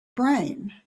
brain